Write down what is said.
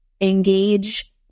engage